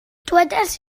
dywedais